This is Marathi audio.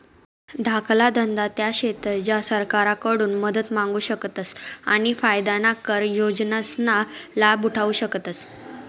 धाकला धंदा त्या शेतस ज्या सरकारकडून मदत मांगू शकतस आणि फायदाना कर योजनासना लाभ उठावु शकतस